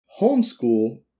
homeschool